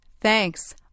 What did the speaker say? Thanks